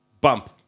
bump